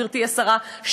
גברתי השרה,